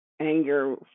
anger